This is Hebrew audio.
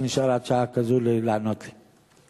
שנשאר עד שעה כזאת לענות לי.